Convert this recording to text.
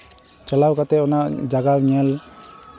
ᱪᱟᱞᱟᱣ ᱠᱟᱛᱮᱫ ᱚᱱᱟ ᱡᱟᱭᱜᱟ ᱧᱮᱞ